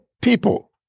people